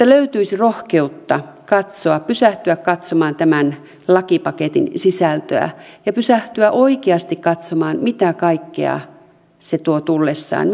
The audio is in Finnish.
löytyisi rohkeutta katsoa pysähtyä katsomaan tämän lakipaketin sisältöä ja pysähtyä oikeasti katsomaan mitä kaikkea se tuo tullessaan